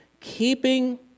keeping